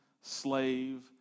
slave